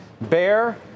bear